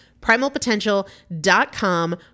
Primalpotential.com